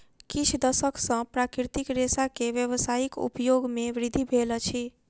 किछ दशक सॅ प्राकृतिक रेशा के व्यावसायिक उपयोग मे वृद्धि भेल अछि